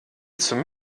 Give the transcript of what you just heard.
zum